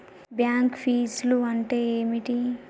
Bank ఫీజ్లు అంటే ఏమిటి?